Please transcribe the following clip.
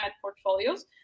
portfolios